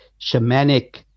shamanic